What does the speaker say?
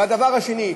והדבר השני,